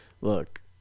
look